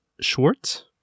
Schwartz